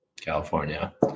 California